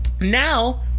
now